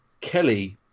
Kelly